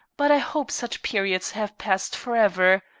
but i hope such periods have passed forever.